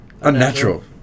Unnatural